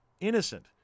innocent